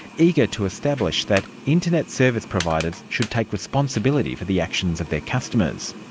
eager to establish that internet service providers should take responsibility for the actions of their customers.